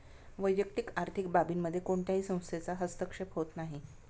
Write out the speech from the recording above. वैयक्तिक आर्थिक बाबींमध्ये कोणत्याही संस्थेचा हस्तक्षेप होत नाही